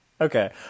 Okay